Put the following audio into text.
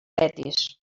betis